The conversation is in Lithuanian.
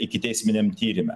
ikiteisminiam tyrime